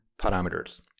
parameters